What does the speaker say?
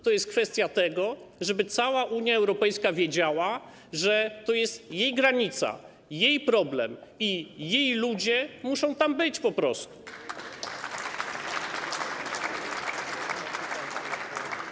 To jest kwestia tego, żeby cała Unia Europejska wiedziała, że to jest jej granica, jej problem i jej ludzie muszą tam po prostu być.